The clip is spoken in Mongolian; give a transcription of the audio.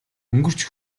өнгөрч